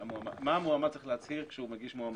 אבל השאלה היא מה המועמד צריך להצהיר כשהוא מגיש מועמדות.